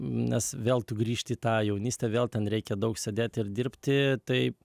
nes vėl tu grįžti į tą jaunystę vėl ten reikia daug sėdėti ir dirbti tai